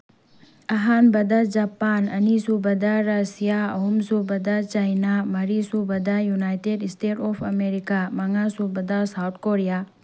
ꯑꯍꯥꯟꯕꯗ ꯖꯄꯥꯟ ꯑꯅꯤ ꯁꯨꯕꯗ ꯔꯁꯤꯌꯥ ꯑꯍꯨꯝ ꯁꯨꯕꯗ ꯆꯩꯅꯥ ꯃꯔꯤ ꯁꯨꯕꯗ ꯌꯨꯅꯥꯏꯇꯦꯠ ꯏꯁꯇꯦꯠ ꯑꯣꯐ ꯑꯃꯦꯔꯤꯀꯥ ꯃꯉꯥ ꯁꯨꯕꯗ ꯁꯥꯎꯠ ꯀꯣꯔꯤꯌꯥ